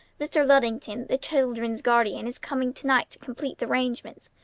mr. luddington, the children's guardian, is coming to-night to complete the arrangements,